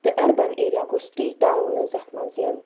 تہٕ urban area گوٚو city towns یَتھ مَنٛز یِن